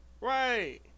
Right